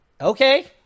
Okay